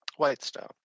Whitestone